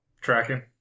Tracking